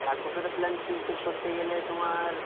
এক বছরের প্ল্যান কিন্তু করতে গেলে তোমার